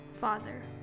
Father